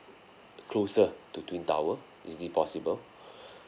closer to twin tower is it possible